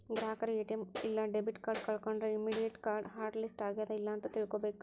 ಗ್ರಾಹಕರು ಎ.ಟಿ.ಎಂ ಇಲ್ಲಾ debit card ಕಳ್ಕೊಂಡ್ರ ಇಮ್ಮಿಡಿಯೇಟ್ ಕಾರ್ಡ್ ಹಾಟ್ ಲಿಸ್ಟ್ ಆಗ್ಯಾದ ಇಲ್ಲ ಅಂತ ತಿಳ್ಕೊಬೇಕ್